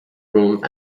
room